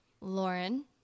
Lauren